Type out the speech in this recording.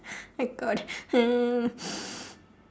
oh my god hmm